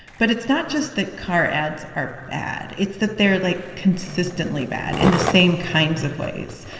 but it's not just that car ads are bad. it's that they're, like, consistently bad in the same kinds of ways.